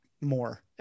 more